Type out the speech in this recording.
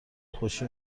خوشی